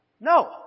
No